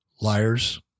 liars